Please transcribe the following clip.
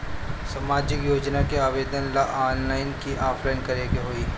सामाजिक योजना के आवेदन ला ऑनलाइन कि ऑफलाइन करे के होई?